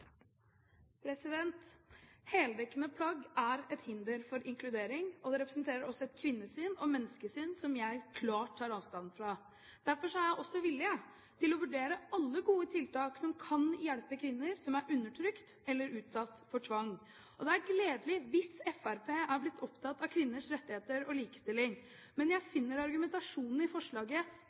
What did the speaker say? et hinder for inkludering, og det representerer også et kvinnesyn og menneskesyn som jeg klart tar avstand fra. Derfor er jeg også villig til å vurdere alle gode tiltak som kan hjelpe kvinner som er undertrykket eller utsatt for tvang. Det er gledelig hvis Fremskrittspartiet er blitt opptatt av kvinners rettigheter og likestilling, men jeg finner argumentasjonen i forslaget